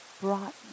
brought